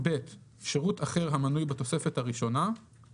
שירות אחר המנוי בתוספת הראשונה;